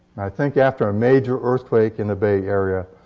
think after ah major earthquake in the bay area,